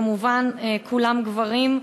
כמובן כולם גברים,